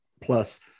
plus